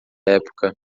época